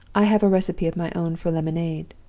i have a recipe of my own for lemonade.